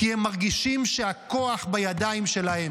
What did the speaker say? כי הם מרגישים שהכוח בידיים שלהם.